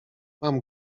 mam